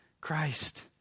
Christ